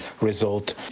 result